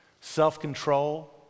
self-control